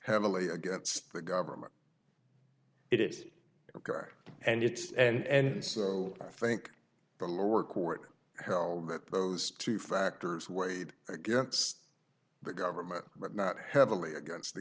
heavily against the government it is correct and it's and so i think the lower court held that those two factors weighed against the government but not heavily against the